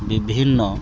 ବିଭିନ୍ନ